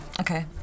Okay